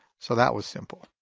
so that was simple.